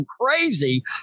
crazy